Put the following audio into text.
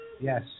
Yes